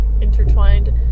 intertwined